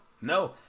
no